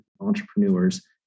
entrepreneurs